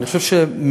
אני חושב שממך,